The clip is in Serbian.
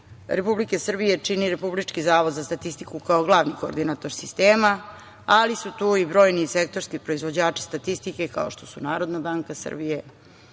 Republike Srbije čini Republički zavod za statistiku kao glavni koordinator sistema, ali su tu i brojni sektorski proizvođači statistike, kao što su NBS, Gradska uprava